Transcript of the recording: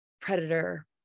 predator